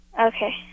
Okay